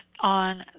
on